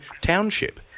township